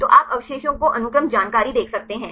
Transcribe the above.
तो आप अवशेषों को अनुक्रम जानकारी देख सकते हैं